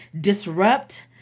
disrupt